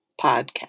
Podcast